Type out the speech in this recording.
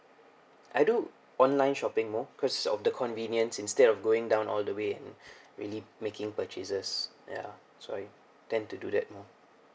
I do online shopping more cos of the convenience instead of going down all the way really making purchases ya so I tend to do that more